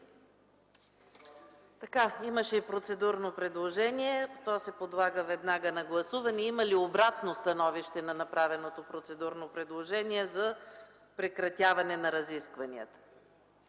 Така, имаше процедурно предложение. То се подлага веднага на гласуване. Има ли обратно становище на направеното процедурно предложение за прекратяване на разискванията?